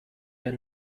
der